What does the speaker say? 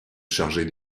charger